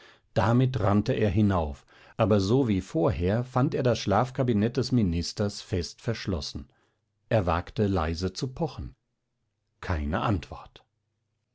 damit rannte er hinauf aber so wie vor her fand er das schlafkabinett des ministers fest verschlossen er wagte leise zu pochen keine antwort